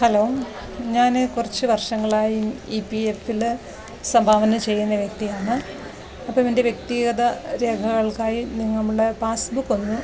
hello ഞാൻ കുറച്ച് വർഷങ്ങളായി ഇ പി എഫിൽ സംഭാവന ചെയ്യുന്ന വ്യക്തിയാണ് അപ്പോൾ എൻ്റെ വ്യക്തിഗത രേഖകൾക്കായി നമ്മളുടെ പാസ്സ്ബുക്കൊന്ന്